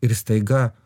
ir staiga